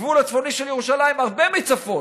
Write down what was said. הגבול הצפוני של ירושלים הוא הרבה מצפון.